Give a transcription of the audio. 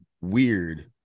weird